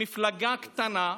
מפלגה קטנה,